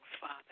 Father